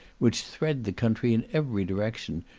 which thread the country in every direction,